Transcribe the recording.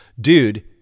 dude